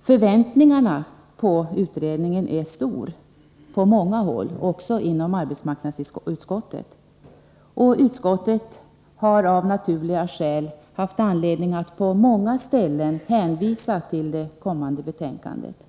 Förväntningarna på denna utredning är stora på många håll, också inom arbetsmarknadsutskottet. Utskottet har av naturliga skäl haft anledning att på många ställen hänvisa till det kommande betänkandet.